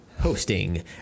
Hosting